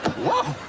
whoa! oh,